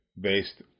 based